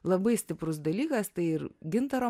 labai stiprus dalykas tai ir gintaro